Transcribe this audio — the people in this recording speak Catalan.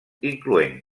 incloent